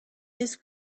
his